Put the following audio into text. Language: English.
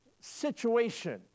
situation